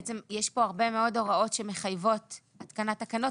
יש פה הרבה מאוד הוראות שמחייבות התקנת תקנות